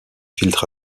filtre